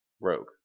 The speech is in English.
Rogue